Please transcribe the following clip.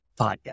podcast